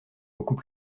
beaucoup